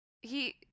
He-